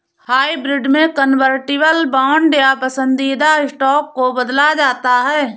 hybrid में convertible bond या पसंदीदा स्टॉक को बदला जाता है